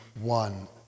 one